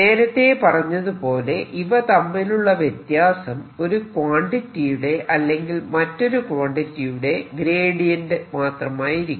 നേരത്തെ പറഞ്ഞതുപോലെ ഇവ തമ്മിലുള്ള വ്യത്യാസം ഒരു ക്വാണ്ടിറ്റിയുടെ അല്ലെങ്കിൽ മറ്റൊരു ക്വാണ്ടിറ്റിയുടെ ഗ്രേഡിയന്റ് മാത്രമായിരിക്കും